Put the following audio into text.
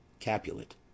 Capulet